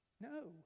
No